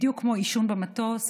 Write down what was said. בדיוק כמו עישון במטוס,